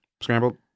scrambled